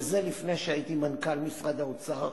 וזה לפני שהייתי מנכ"ל משרד האוצר.